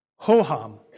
Hoham